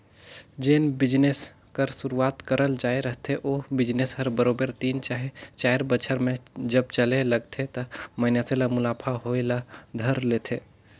जेन बिजनेस कर सुरूवात करल जाए रहथे ओ बिजनेस हर बरोबेर तीन चहे चाएर बछर में जब चले लगथे त मइनसे ल मुनाफा होए ल धर लेथे